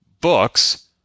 Books